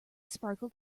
sparkled